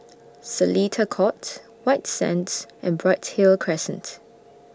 Seletar Court White Sands and Bright Hill Crescent